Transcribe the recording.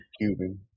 Cuban